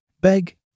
Beg